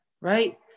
right